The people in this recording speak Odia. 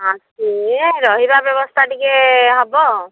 ହଁ ଏ ରହିବା ବ୍ୟବସ୍ଥା ଟିକେ ହବ